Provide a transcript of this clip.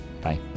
Bye